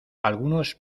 algunos